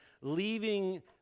leaving